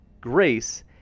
Grace